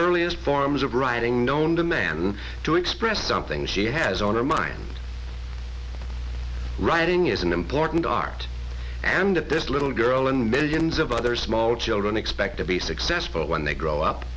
earliest forms of writing known to man to express something she has on her mind writing is an important art and that this little girl and millions of other small children expect to be successful when they grow up